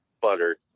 butter